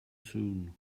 soon